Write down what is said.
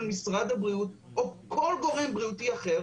משרד הבריאות או כל גורם בריאותי אחר,